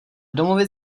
domluvit